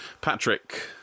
Patrick